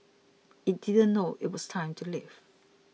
it didn't know it was time to leave